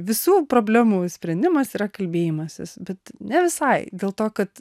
visų problemų sprendimas yra kalbėjimasis bet ne visai dėl to kad